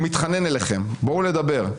הוא מתחנן אליכם, "בואו לדבר".